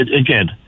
Again